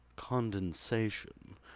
condensation